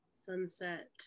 sunset